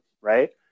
right